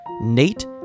Nate